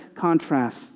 contrast